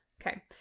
Okay